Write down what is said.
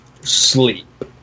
sleep